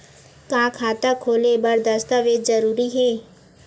का खाता खोले बर दस्तावेज जरूरी हे?